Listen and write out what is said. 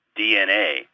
DNA